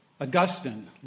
Augustine